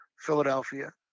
Philadelphia